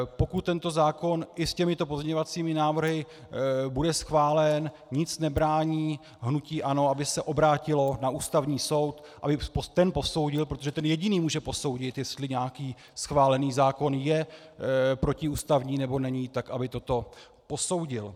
Pokud tento zákon i s těmito pozměňovacími návrhy bude schválen, nic nebrání hnutí ANO, aby se obrátilo na Ústavní soud, aby ten posoudil protože ten jediný může posoudit, jestli nějaký schválený zákon je protiústavní nebo není, tak aby toto posoudil.